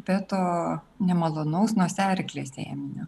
be to nemalonaus nosiaryklės ėminio